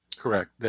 Correct